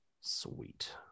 Sweet